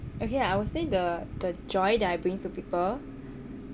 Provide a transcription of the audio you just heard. okay I will say the the joy that I bring to people